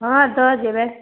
हँ दऽ देबै